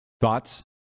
Thoughts